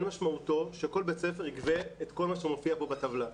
אין משמעותו שכל בית ספר יגבה את כל מה שמופיע פה בטבלה,